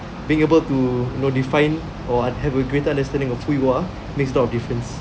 being able to you know define or have a greater understanding of who you are makes a lot of difference